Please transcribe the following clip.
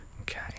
Okay